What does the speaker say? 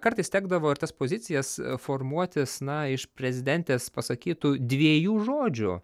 kartais tekdavo ir tas pozicijas formuotis na iš prezidentės pasakytų dviejų žodžių